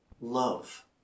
love